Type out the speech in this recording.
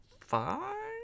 five